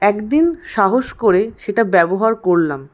একদিন সাহস করে সেটা ব্যবহার করলাম